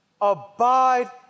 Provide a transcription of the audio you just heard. Abide